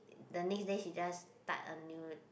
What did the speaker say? the next day he just type a new